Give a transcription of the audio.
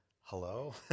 hello